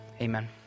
Amen